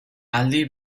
aldi